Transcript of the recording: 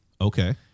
Okay